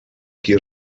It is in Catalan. qui